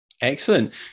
Excellent